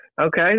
Okay